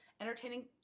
entertaining